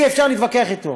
אי-אפשר להתווכח עליו.